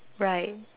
right